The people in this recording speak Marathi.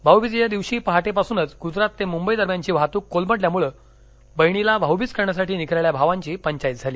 भाऊबीजेच्या दिवशी पहाटे पासूनच ग्जरात ते मुंबई दरम्यानची वाहतूक कोलमडल्यामुळे बहिणीला भाऊबीज करण्यासाठी निघालेल्या भावांची पंचाइत झाली